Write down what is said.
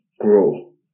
grow